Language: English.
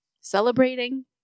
celebrating